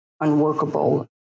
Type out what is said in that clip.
unworkable